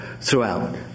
throughout